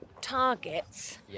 targets